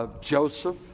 Joseph